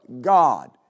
God